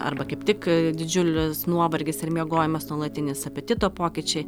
arba kaip tik didžiulis nuovargis ir miegojimas nuolatinis apetito pokyčiai